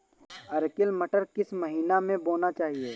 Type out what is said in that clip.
Arkel मटर किस महीना में बोना चाहिए?